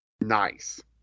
nice